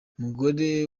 umugore